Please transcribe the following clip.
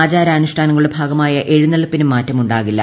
ആചാരാനുഷ്ഠാനങ്ങളുടെ ഭാഗമായ എഴുന്നെള്ളിപ്പിനും മാറ്റമുണ്ടാകില്ല